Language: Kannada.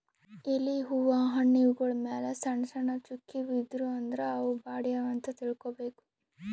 ಎಲಿ ಹೂವಾ ಹಣ್ಣ್ ಇವ್ಗೊಳ್ ಮ್ಯಾಲ್ ಸಣ್ಣ್ ಸಣ್ಣ್ ಚುಕ್ಕಿ ಬಿದ್ದೂ ಅಂದ್ರ ಅವ್ ಬಾಡ್ಯಾವ್ ಅಂತ್ ತಿಳ್ಕೊಬೇಕ್